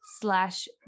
slash